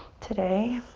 today.